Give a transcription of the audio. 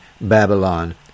Babylon